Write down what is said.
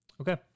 Okay